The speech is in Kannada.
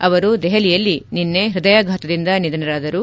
ಅವರು ದೆಹಲಿಯಲ್ಲಿ ನಿನ್ನೆ ಹೃದಯಾಘಾತದಿಂದ ನಿಧನರಾದರು